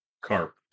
carp